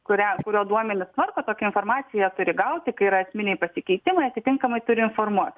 kuriam kurio duomenis tvarko tokią informaciją turi gauti kai yra esminiai pasikeitimai atitinkamai turi informuot